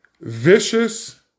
vicious